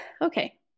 okay